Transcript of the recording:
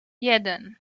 jeden